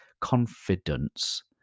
Confidence